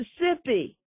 Mississippi